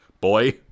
Boy